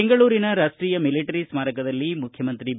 ಬೆಂಗಳೂರಿನ ರಾಷ್ಸೀಯ ಮಿಲಿಟರಿ ಸ್ನಾರಕದಲ್ಲಿ ಮುಖ್ಯಮಂತ್ರಿ ಬಿ